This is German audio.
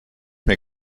mir